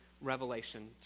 revelation